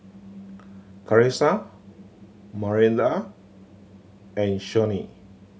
Carisa Maranda and Shawnee